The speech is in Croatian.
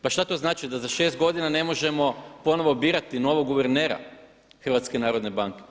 Pa šta to znači da za 6 godina ne možemo ponovo birati novog guvernera HNB-a?